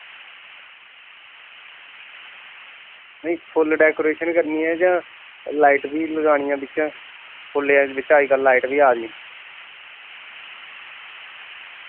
नेईं फुल डेकोरेशन करनी ऐ जां लाइट बी लगानी ऐ बिच्चें फुल्लें दी बिच्चें अज्जकल लाइट बी आ दी